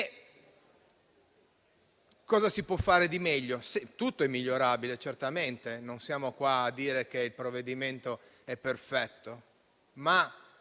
Cosa si può fare di meglio? Tutto è migliorabile e certamente non sosteniamo che il provvedimento sia perfetto.